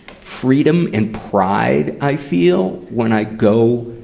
freedom and pride i feel when i go,